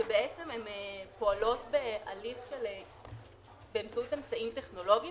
שהן פועלות באמצעות אמצעים טכנולוגיים,